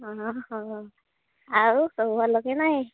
ହ ହଉ ଆଉ ସବୁ ଭଲ କି ନାଇଁ